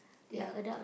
yup